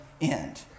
end